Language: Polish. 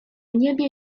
niebie